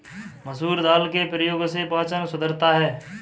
मसूर दाल के प्रयोग से पाचन सुधरता है